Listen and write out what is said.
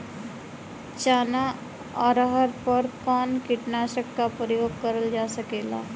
चना अरहर पर कवन कीटनाशक क प्रयोग कर जा सकेला?